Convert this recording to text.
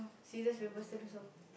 scissors paper stone also